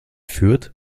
fürth